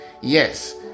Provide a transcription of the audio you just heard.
Yes